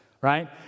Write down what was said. right